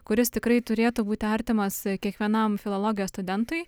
kuris tikrai turėtų būti artimas kiekvienam filologijos studentui